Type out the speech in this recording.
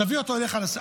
תביא אותו אליך לסדר.